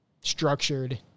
structured